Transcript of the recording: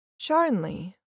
Charnley